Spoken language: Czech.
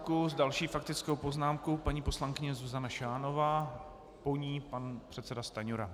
S další faktickou poznámkou paní poslankyně Zuzana Šánová, po ní pan předseda Stanjura.